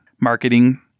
marketing